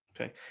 Okay